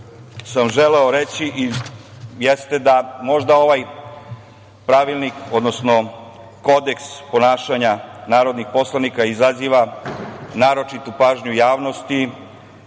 sam želeo reći jeste da možda ovaj pravilnik, odnosno Kodeks ponašanja narodnih poslanika izaziva naročitu pažnju javnosti